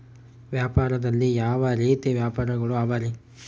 ವ್ಯಾಪಾರದಲ್ಲಿ ಯಾವ ರೇತಿ ವ್ಯಾಪಾರಗಳು ಅವರಿ?